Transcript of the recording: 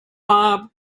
mob